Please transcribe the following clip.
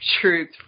Truth